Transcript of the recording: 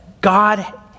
God